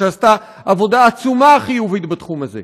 שעשתה עבודה עצומה חיובית בתחום הזה,